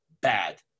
bad